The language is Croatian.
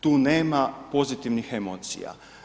Tu nema pozitivnim emocija.